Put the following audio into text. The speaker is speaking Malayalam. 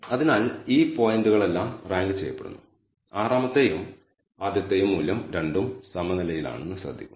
അതിനാൽ ഈ പോയിന്റുകളെല്ലാം റാങ്ക് ചെയ്യപ്പെടുന്നു ആറാമത്തെയും ആദ്യത്തേയും മൂല്യം രണ്ടും സമനിലയിലാണെന്ന് ശ്രദ്ധിക്കുന്നു